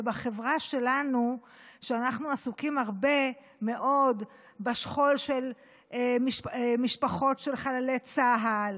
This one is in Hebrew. בחברה שלנו אנחנו עסוקים הרבה מאוד בשכול של משפחות של חללי צה"ל